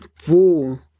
full